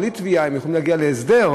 בלי תביעה,